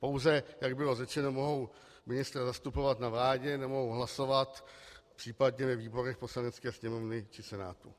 Pouze, jak bylo řečeno, mohou ministra zastupovat na vládě, nemohou hlasovat, případně ve výborech Poslanecké sněmovny či Senátu.